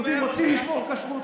יהודים רוצים לשמור כשרות,